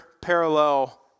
parallel